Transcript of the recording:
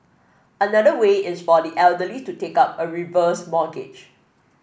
another way is for the elderly to take up a reverse mortgage